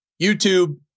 YouTube